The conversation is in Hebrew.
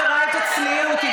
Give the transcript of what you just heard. מפירה את הצניעות, יש קוד.